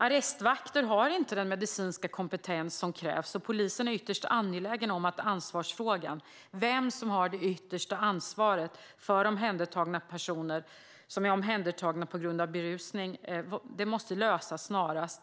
Arrestvakter har inte den medicinska kompetens som krävs, och polisen är ytterst angelägen om att ansvarsfrågan - vem som har det yttersta ansvaret för personer omhändertagna på grund av berusning - måste lösas snarast.